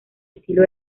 estilo